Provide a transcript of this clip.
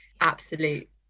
absolute